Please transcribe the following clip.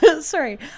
sorry